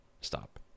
stop